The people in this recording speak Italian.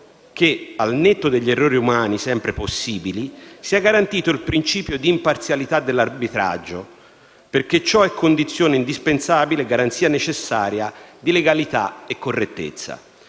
che, al netto degli errori umani, sempre possibili, sia garantito il principio di imparzialità dell'arbitraggio, perché ciò è condizione indispensabile e garanzia necessaria di legalità e correttezza.